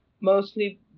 mostly